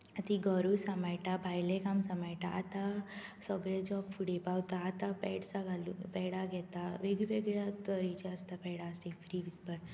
तीं घरूय सांबाळटा भायलें काम सांबामाळटा आतां सगळें जग फुडें पावता आतां पॅड्सा घालून पॅडां घेता वेगळी वेगळ्या तरेचे आसता पॅडां स्टे फ्री विस्पर